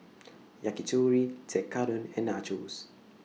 Yakitori Tekkadon and Nachos